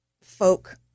folk